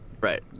Right